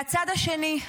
מהצד השני,